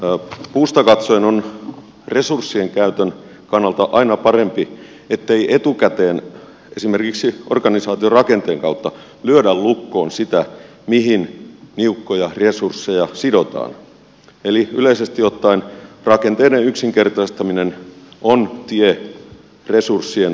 o puusta katsoen on resurssien käytön kannalta aina parempi ettei etukäteen esimerkiksi organisaatiorakenteen kautta ralli kun sitä viime niukkoja resursseja sidotaan eli yleisesti ottaen rakenteen yksinkertaistaminen on tie resurssien